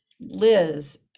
liz